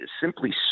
simply